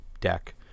deck